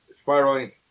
spiraling